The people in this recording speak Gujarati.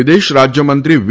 વિદેશ રાજ્યમંત્રી વી